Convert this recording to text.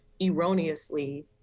erroneously